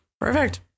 Perfect